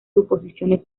suposiciones